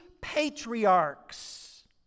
patriarchs